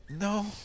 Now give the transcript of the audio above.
No